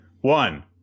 one